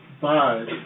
five